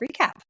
recap